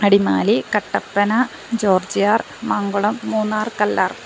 Adimali Kattappana Georgiyar Mankulam Munnar Kallar